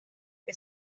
que